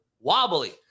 wobbly